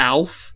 Alf